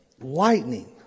Lightning